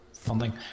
funding